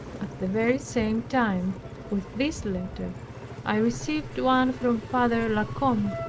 at the very same time with this letter i received one from father la combe,